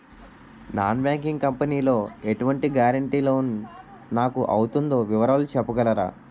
Non banking company లో ఎటువంటి guarantee loan నాకు అవుతుందో వివరాలు చెప్పగలరా?